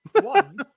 One